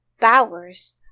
bowers